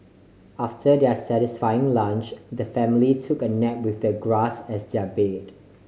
after their satisfying lunch the family took a nap with the grass as their bed